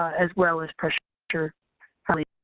as well as pressure relief.